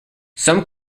some